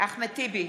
אחמד טיבי,